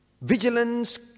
Vigilance